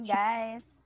guys